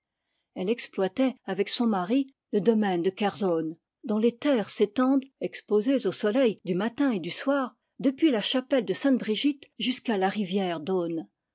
elle exploitait avec son mari le domaine de kerzonn dont les terres s'étendent exposées au soleil du matin et du soir depuis la chapelle de sainte brigitte jusqu'à la rivière